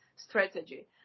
strategy